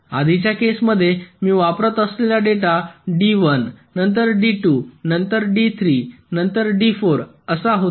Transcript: आधीच्या केसमध्ये मी वापरत असलेला डेटा D1 नंतर D2 नंतर D3 नंतर D4 असा होता